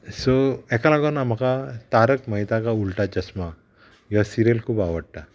so हेका लागोन म्हाका तारक महेता का उलटा चश्मा ह्यो सिरियल खूब आवडटा